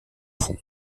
fond